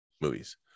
movies